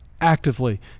actively